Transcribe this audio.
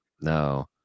no